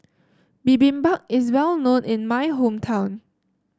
Bibimbap is well known in my hometown